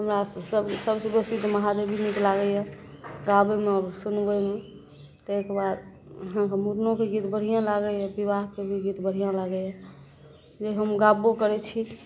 हमरा सबसे बेसी तऽ महादेवी नीक लागैए गाबैमे आओर सुनबैमे ताहिके बाद अहाँके मूड़नोके गीत बढ़िआँ लागैए विवाहके भी गीत बढ़िआँ लागैए नहि हम गैबो करै छी